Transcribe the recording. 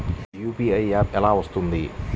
UPI app ఎలా వస్తుంది?